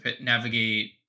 navigate